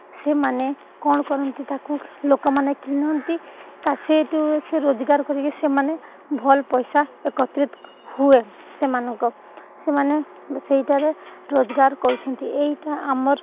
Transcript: ସେମାନେ କ'ଣ କରନ୍ତି ତାକୁ ଲୋକମାନେ କିଣନ୍ତି ତା ସେଇଠୁ ସେ ରୋଜଗାର କରିକି ସେମାନେ ଭଲ ପଇସା ଏକତ୍ରିତ ହୁଏ ସେମାନଙ୍କ ସେମାନେ ସେଇଟାରେ ରୋଜଗାର କରୁଛନ୍ତି ଏଇଟା ଆମର